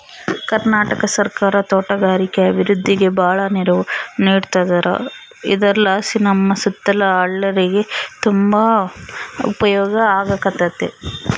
ಕರ್ನಾಟಕ ಸರ್ಕಾರ ತೋಟಗಾರಿಕೆ ಅಭಿವೃದ್ಧಿಗೆ ಬಾಳ ನೆರವು ನೀಡತದಾರ ಇದರಲಾಸಿ ನಮ್ಮ ಸುತ್ತಲ ಹಳ್ಳೇರಿಗೆ ತುಂಬಾ ಉಪಯೋಗ ಆಗಕತ್ತತೆ